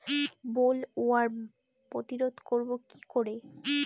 Bollworm প্রতিরোধ করব কি করে?